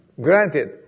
granted